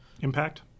impact